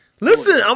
Listen